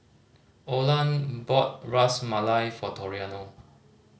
Olan bought Ras Malai for Toriano